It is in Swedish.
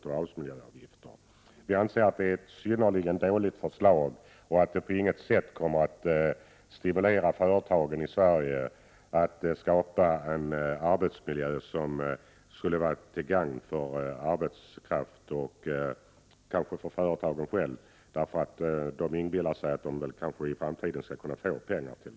Vi anser att det är ett synnerligen dåligt förslag och att det på intet sätt kommer att stimulera företagen i Sverige att skapa en arbetsmiljö, som skulle vara till gagn för arbetskraften och kanske för företagen själva, som ju kan komma att inbilla sig att de i framtiden skall kunna få pengar ändå.